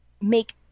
make